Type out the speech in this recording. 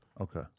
Okay